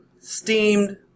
Steamed